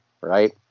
right